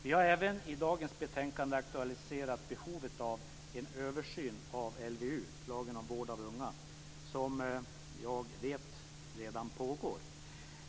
Vi har även i dagens betänkande aktualiserat behovet av en översyn av LVU, lagen om vård av unga, som jag vet redan pågår.